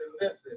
listen